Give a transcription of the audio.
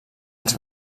els